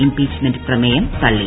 impeachment പ്രമേയം തള്ളി